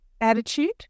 attitude